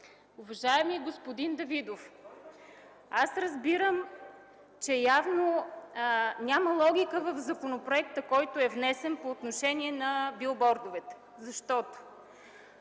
Уважаеми господин Давидов, разбирам, че явно няма логика в законопроекта, който е внесен, по отношение на билбордовете. Вие